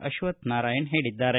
ಅಶ್ವತ್ಥನಾರಾಯಣ ಹೇಳಿದ್ದಾರೆ